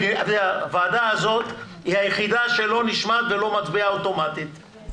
הוועדה הזאת היא היחידה שלא נשמעת ולא מצביעה אוטומטית,